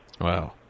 Wow